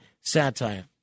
satire